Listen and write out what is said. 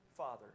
Father